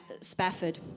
Spafford